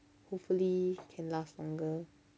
hopefully can last longer